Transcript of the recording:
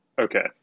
Okay